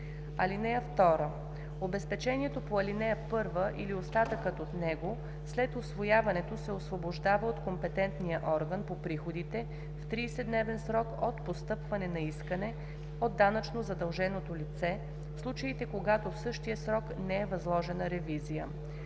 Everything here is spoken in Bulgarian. закона. (2) Обезпечението по ал. 1 или остатъкът от него след усвояването се освобождава от компетентния орган по приходите в 30-дневен срок от постъпване на искане от данъчно задълженото лице, в случаите когато в същия срок не е възложена ревизия.